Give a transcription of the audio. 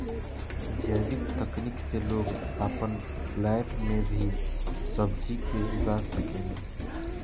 जैविक तकनीक से लोग आपन फ्लैट में भी सब्जी के उगा सकेलन